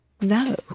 No